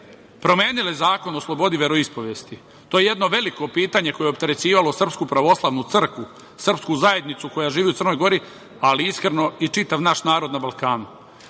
promenile Zakon o slobodi veroispovesti. To je jedno veliko pitanje koje je opterećivalo Srpsku pravoslavnu crkvu, srpsku zajednicu koja živi u Crnoj Gori, ali iskreno, i čitav naš narod na Balkanu.